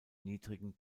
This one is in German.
niedrigen